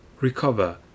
recover